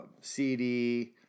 CD